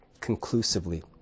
conclusively